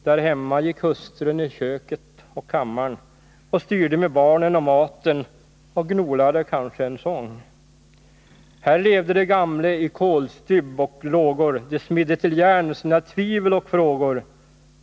Därhemma gick hustrun i köket och kammarn och styrde med barnen och maten och gnolade kanske en sång. Här levde de gamle i kolstybb och lågor. De smidde till järn sina tvivel och frågor.